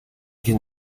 can